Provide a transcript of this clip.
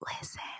listen